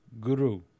Guru